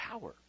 power